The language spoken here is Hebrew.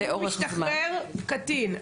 הוא משתחרר קטין.